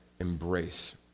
embrace